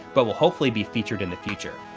but will hopefully be featured in the future.